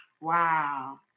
Wow